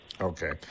Okay